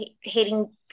hating